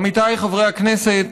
עמיתיי חברי הכנסת,